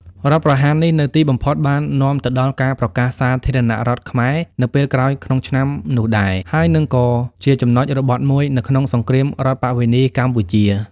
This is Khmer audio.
រដ្ឋប្រហារនេះនៅទីបំផុតបាននាំទៅដល់ការប្រកាសសាធារណរដ្ឋខ្មែរ នៅពេលក្រោយក្នុងឆ្នាំនោះដែរ ហើយនិងក៏ជាចំណុចរបត់មួយនៅក្នុងសង្គ្រាមរដ្ឋប្បវេណីកម្ពុជា។